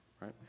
right